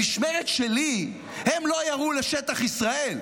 במשמרת שלי הם לא ירו לשטח ישראל.